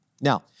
Now